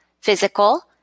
physical